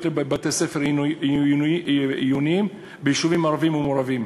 בבתי-ספר עיוניים ביישובים ערביים ומעורבים.